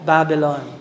Babylon